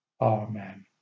Amen